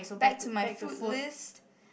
back to my food list